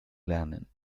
lernen